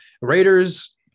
Raiders